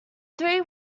three